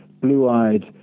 blue-eyed